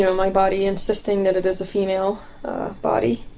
so my body insisting that it is a female body.